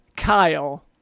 kyle